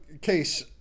Case